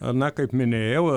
na kaip minėjau